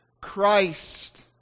Christ